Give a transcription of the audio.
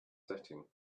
setting